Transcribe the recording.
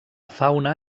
fauna